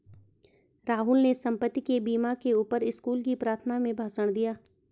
राहुल ने संपत्ति के बीमा के ऊपर स्कूल की प्रार्थना में भाषण दिया